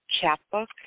chapbook